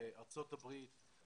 לארצות הברית,